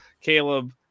caleb